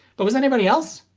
but was anybody else?